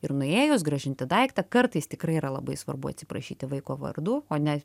ir nuėjus grąžinti daiktą kartais tikrai yra labai svarbu atsiprašyti vaiko vardu o ne